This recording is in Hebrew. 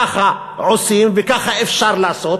ככה עושים וככה אפשר לעשות.